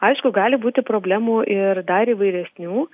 aišku gali būti problemų ir dar įvairesnių